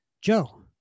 joe